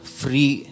free